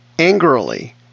angrily